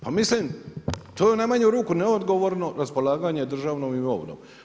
Pa mislim, to je u najmanju ruku neodgovorno, raspolaganje državnom imovinom.